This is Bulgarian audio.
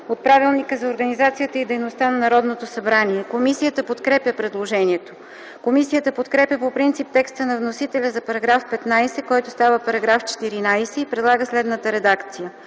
от Правилника за организацията и дейността на Народното събрание. Комисията подкрепя предложението. Комисията подкрепя по принцип текста на вносителя за § 15, който става § 14 и предлага следната редакция: